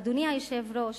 אדוני היושב-ראש,